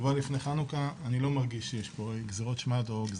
שבוע לפני חנוכה אני לא מרגיש שיש פה גזרות אנטיוכוס.